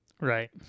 right